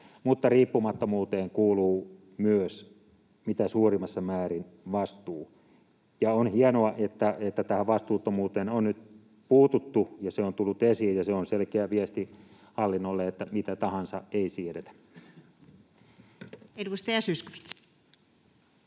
Mutta riippumattomuuteen kuuluu myös mitä suurimmassa määrin vastuu. On hienoa, että tähän vastuuttomuuteen on nyt puututtu ja se on tullut esiin, ja se on selkeä viesti hallinnolle, että mitä tahansa ei siedetä. Edustaja Zyskowicz.